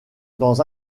dans